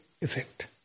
effect